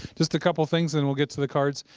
just a couple things, then we'll get to the cards.